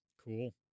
Cool